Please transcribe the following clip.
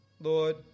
Lord